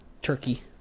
turkey